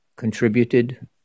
contributed